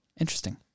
Interesting